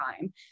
time